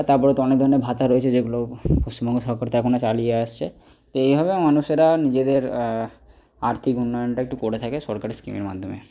তারপরে তো অনেক ধরনের ভাতা রয়েছে যেগুলো পশ্চিমবঙ্গ সরকার তা এখনো চালিয়ে আসছে তো এইভাবে মানুষেরা নিজেদের আর্থিক উন্নয়নটা একটু করে থাকে সরকারি স্কিমের মাধ্যমে